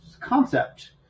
concept